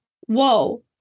whoa